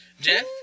Jeff